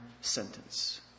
sentence